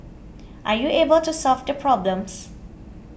are you able to solve the problems